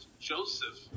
Joseph